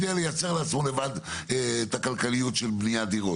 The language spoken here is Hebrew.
לייצר לעצמו לבד את הכלכליות של בניית דירות.